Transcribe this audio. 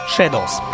Shadows